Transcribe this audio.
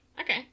Okay